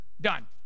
done